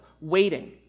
waiting